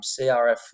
CRF